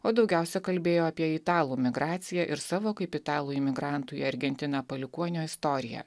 o daugiausiai kalbėjo apie italų migraciją ir savo kaip italų imigrantų į argentiną palikuonio istoriją